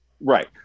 Right